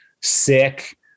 sick